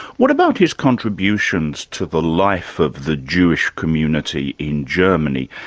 what about his contributions to the life of the jewish community in germany?